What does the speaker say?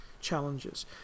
challenges